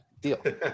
deal